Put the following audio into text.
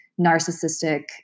narcissistic